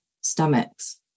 stomachs